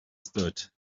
stood